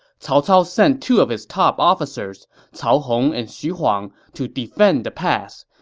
cao cao sent two of his top officers, cao hong and xu huang, to defend the pass.